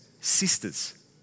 sisters